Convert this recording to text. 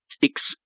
six